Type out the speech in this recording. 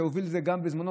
שהוביל את זה גם בזמנו,